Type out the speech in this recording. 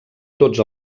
tots